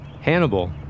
Hannibal